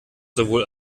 sowohl